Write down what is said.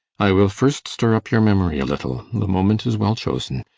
i will first stir up your memory a little. the moment is well chosen.